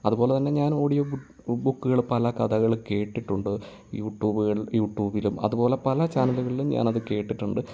അതുപോലെതന്നെ ഞാൻ audio book ബുക്കുകൾ പല കഥകളും കേട്ടിട്ടുണ്ട് യൂട്യൂബുകൾ യൂട്യൂബിലും അതുപോലെ പല ചാനലുകളിലും ഞാനത് കേട്ടിട്ടുണ്ട്